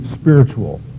spiritual